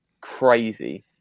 crazy